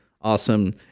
awesome